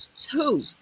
two